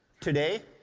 today,